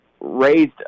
raised